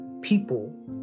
people